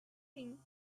thing